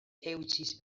eutsi